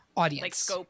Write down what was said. audience